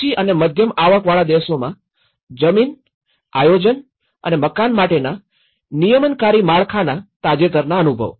ઓછી અને મધ્યમ આવકવાળા દેશોમાં જમીન આયોજન અને મકાન માટેના નિયમનકારી માળખાના તાજેતરના અનુભવો